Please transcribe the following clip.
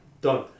Done